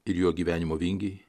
ir jo gyvenimo vingiai